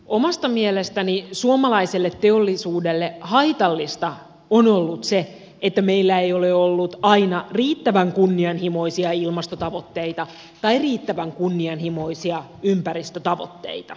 omasta mielestäni suomalaiselle teollisuudelle haitallista on ollut se että meillä ei ole ollut aina riittävän kunnianhimoisia ilmastotavoitteita tai riittävän kunnianhimoisia ympäristötavoitteita